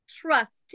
trust